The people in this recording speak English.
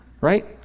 right